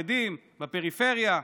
בחרדים, בפריפריה.